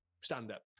stand-up